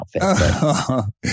outfit